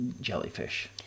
jellyfish